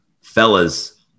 Fellas